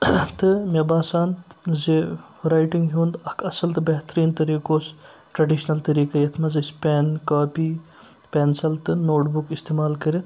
تہٕ مےٚ باسان زِ رایٹِنٛگ ہُنٛد اَکھ اصٕل تہٕ بہتریٖن طٔریٖقہٕ اوٗس ٹرٛیڈِشنَل طٔریٖقہٕ یَتھ منٛز أسۍ پیٚن کاپی پیٚنسَل تہٕ نوٹ بُک اِستعمال کٔرِتھ